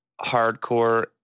hardcore